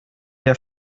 der